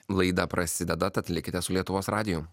laida prasideda tad likite su lietuvos radiju